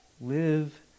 Live